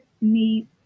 need